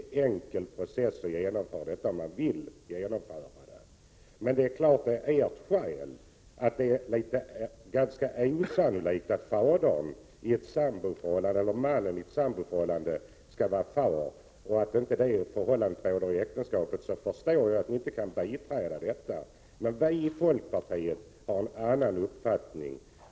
Men det är klart att med ert argument, att det är ganska osannolikt att mannen i ett samboförhållande är far till barnet och att det förhållandet inte råder i ett äktenskap, så förstår jag att ni inte kan biträda detta förslag. Men vi i folkpartiet har en annan uppfattning.